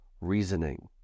reasoning